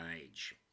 age